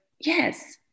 yes